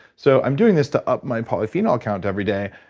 so i'm doing this to up my polyphenol count every day,